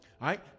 right